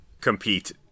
compete